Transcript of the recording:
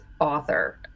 author